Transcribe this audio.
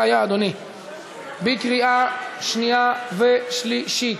לקריאה שנייה ושלישית.